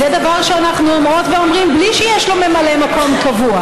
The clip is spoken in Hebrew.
זה דבר שאנחנו אומרות ואומרים בלי שיש לו ממלא מקום קבוע.